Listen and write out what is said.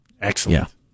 Excellent